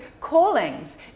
callings